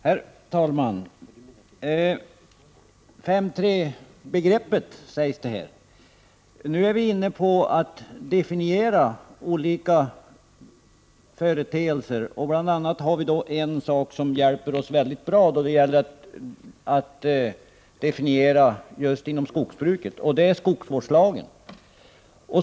Herr talman! 5:3-begreppet har det talats om här. Därmed är vi inne på att definiera olika företeelser, och en sak som hjälper oss väldigt bra när det gäller att göra definitioner just inom skogsbruket är skogsvårdslagen.